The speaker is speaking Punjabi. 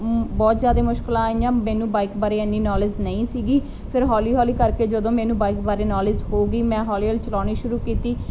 ਬਹੁਤ ਜਿਆਦੇ ਮੁਸ਼ਕਿਲਾਂ ਆਈਆਂ ਮੈਨੂੰ ਬਾਈਕ ਬਾਰੇ ਨੋਲੇਜ ਨਹੀਂ ਸੀਗੀ ਫਿਰ ਹੌਲੀ ਹੌਲੀ ਕਰਕੇ ਜਦੋਂ ਮੈਨੂੰ ਬਾਈਕ ਵਾਰੇ ਨੌਲੇਜ ਹੋਊਗੀ ਮੈਂ ਹੌਲੀ ਹੌਲੀ ਚਲਾਉਣੀ ਸ਼ੁਰੂ ਕੀਤੀ